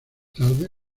tarde